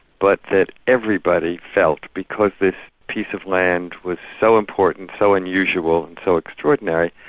but that everybody felt because this piece of land was so important, so unusual and so extraordinary,